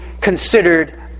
considered